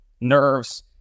nerves